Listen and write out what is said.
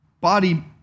body